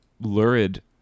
lurid